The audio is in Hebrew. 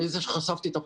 אני זה שחשפתי את הפרשה.